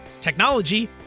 technology